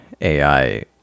ai